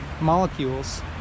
molecules